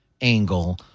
angle